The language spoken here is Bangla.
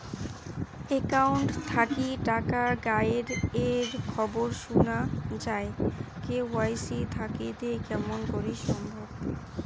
একাউন্ট থাকি টাকা গায়েব এর খবর সুনা যায় কে.ওয়াই.সি থাকিতে কেমন করি সম্ভব?